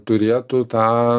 turėtų tą